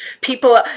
People